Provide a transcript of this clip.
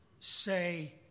Say